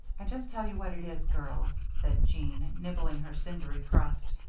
i just tell you what it is, girls, said jean, nibbling her cindery crust,